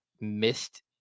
missed